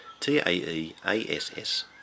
TAEASS